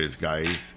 guys